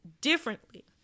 differently